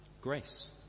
grace